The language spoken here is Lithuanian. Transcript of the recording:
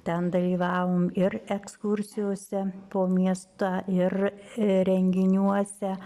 ten dalyvavom ir ekskursijose po miestą ir renginiuose